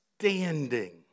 standing